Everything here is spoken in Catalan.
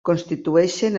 constitueixen